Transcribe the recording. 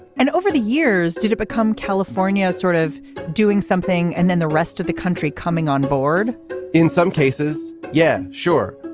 and over the years did it become california sort of doing something and then the rest of the country coming on board in some cases yeah sure.